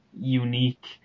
unique